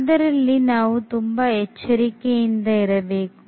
ಅದರಲ್ಲಿ ನಾವು ತುಂಬಾ ಎಚ್ಚರಿಕೆಯಿಂದಿರಬೇಕು